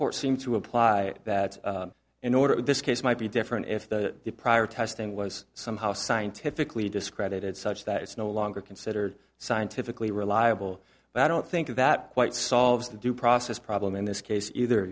courts seem to apply that in order that this case might be different if the prior testing was somehow scientifically discredited such that it's no longer considered scientifically reliable but i don't think that quite solves the due process problem in this case either